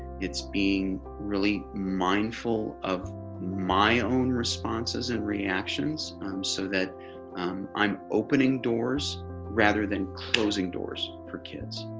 it's being really mindful of my own responses and reactions so that i'm opening doors rather than closing doors for kids.